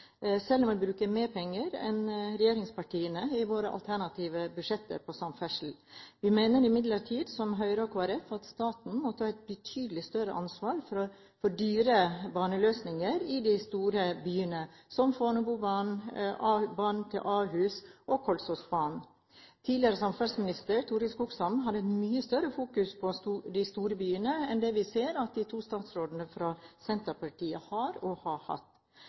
selv om vi i våre alternative budsjetter bruker mer penger på samferdsel enn regjeringspartiene. Vi mener imidlertid, som Høyre og Kristelig Folkeparti, at staten må ta et betydelig større ansvar for dyre baneløsninger i de store byene, som Fornebu-banen, banen til Ahus og Kolsåsbanen. Tidligere samferdselsminister Torild Skogsholm hadde et mye større fokus på de store byene enn det vi ser at de to statsrådene fra Senterpartiet har og har hatt.